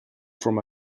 from